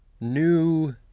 new